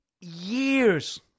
years